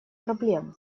проблем